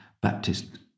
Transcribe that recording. Baptist